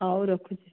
ହେଉ ରଖୁଛି